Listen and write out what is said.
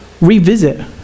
revisit